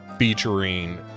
featuring